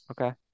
Okay